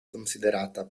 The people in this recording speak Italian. considerata